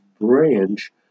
branch